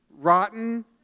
rotten